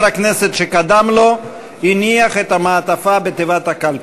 הכנסת שקדם לו הניח את המעטפה בתיבת הקלפי.